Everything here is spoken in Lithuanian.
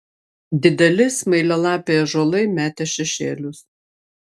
dideli smailialapiai ąžuolai metė šešėlius